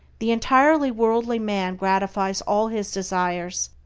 the entirely worldly man gratifies all his desires,